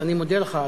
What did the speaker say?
אז אני מודה לך,